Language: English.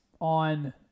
on